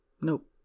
Nope